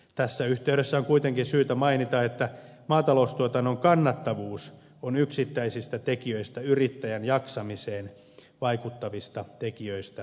tässä yhteydessä on kuitenkin syytä mainita että maataloustuotannon kannattavuus on yksittäisistä yrittäjän jaksamiseen vaikuttavista tekijöistä suurimpia